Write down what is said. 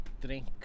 drink